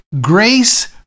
Grace